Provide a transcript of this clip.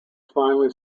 finally